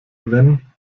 wenn